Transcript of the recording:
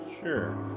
Sure